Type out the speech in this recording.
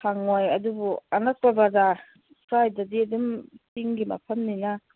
ꯐꯪꯉꯣꯏ ꯑꯗꯨꯕꯨ ꯑꯅꯛꯄ ꯕꯖꯥꯔ ꯁ꯭ꯋꯥꯏꯗꯗꯤ ꯑꯗꯨꯝ ꯆꯤꯡꯒꯤ ꯃꯐꯝꯅꯤꯅ